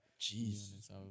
jeez